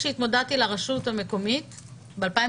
כשהתמודדתי לרשות המקומית ב-2018,